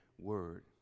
word